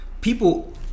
People